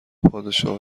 پادشاه